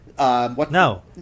No